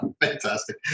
fantastic